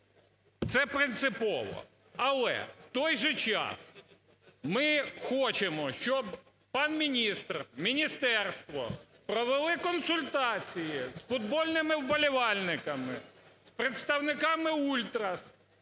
Це принципово, але, в той же час, ми хочемо, щоб пан міністр, міністерство провели консультації з футбольними вболівальниками, представниками ультрас,